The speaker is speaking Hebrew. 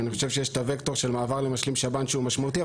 כי אני חושב שיש את הווקטור של מעבר למשלים שב"ן שהוא משמעותי,